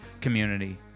community